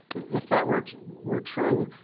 if that were were true,